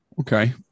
Okay